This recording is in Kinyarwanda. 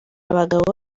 abagabo